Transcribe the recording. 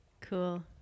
Cool